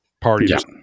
parties